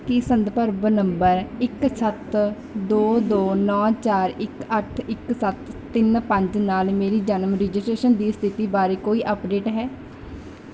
ਕੀ ਸੰਦਰਭ ਨੰਬਰ ਇੱਕ ਸੱਤ ਦੋ ਦੋ ਨੌਂ ਚਾਰ ਇੱਕ ਅੱਠ ਇੱਕ ਸੱਤ ਤਿੰਨ ਪੰਜ ਨਾਲ ਮੇਰੀ ਜਨਮ ਰਜਿਸਟ੍ਰੇਸ਼ਨ ਦੀ ਸਥਿਤੀ ਬਾਰੇ ਕੋਈ ਅਪਡੇਟ ਹੈ